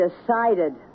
decided